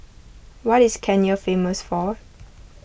what is Kenya famous for